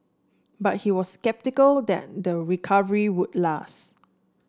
but he was sceptical then the recovery would last